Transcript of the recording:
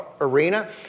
arena